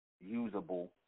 usable